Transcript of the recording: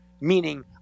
meaning